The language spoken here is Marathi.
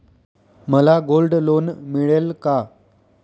मला गोल्ड लोन मिळेल का?